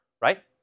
right